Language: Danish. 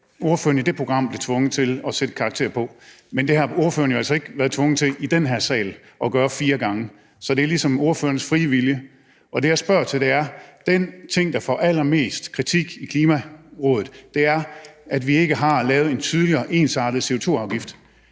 ordføreren i det program blev tvunget til at sætte en karakter på, men det har ordføreren jo altså ikke været tvunget til at gøre fire gange i den her sal. Så det er ligesom ordførerens frie vilje. Det, som jeg spørger til, er, at den ting, der får allermest kritik af Klimarådet, er, at vi ikke har lavet en tydelig og ensartet CO2-afgift.